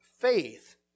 faith